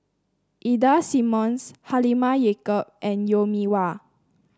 Ida Simmons Halimah Yacob and Mee Wah